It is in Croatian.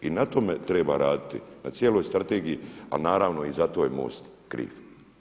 I na tome treba raditi, na cijeloj strategiji a naravno i zato je MOST kriv.